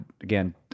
again